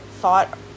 thought